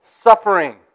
suffering